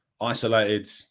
isolated